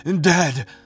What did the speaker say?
dead